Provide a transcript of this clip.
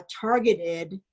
targeted